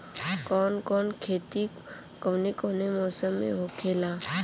कवन कवन खेती कउने कउने मौसम में होखेला?